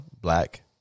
black